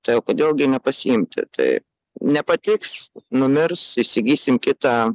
tai o kodėl gi nepasiimti tai nepatiks numirs įsigysim kitą